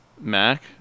mac